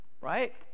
right